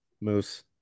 Moose